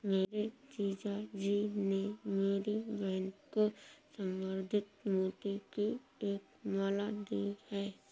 मेरे जीजा जी ने मेरी बहन को संवर्धित मोती की एक माला दी है